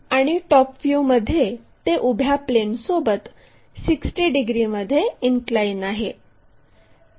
आणि टॉप व्ह्यूमध्ये ते उभ्या प्लेनसोबत 60 डिग्रीमध्ये इनक्लाइन आहे